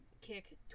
kick